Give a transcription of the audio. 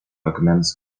akmens